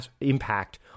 impact